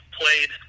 played